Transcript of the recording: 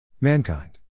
Mankind